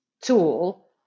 tool